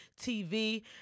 TV